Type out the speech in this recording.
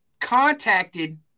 contacted –